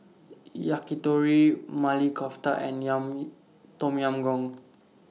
Yakitori Maili Kofta and Yam Tom Yam Goong